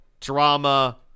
drama